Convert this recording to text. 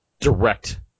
direct